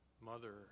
mother